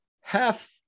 half